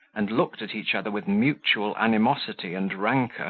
and looked at each other with mutual animosity and rancour,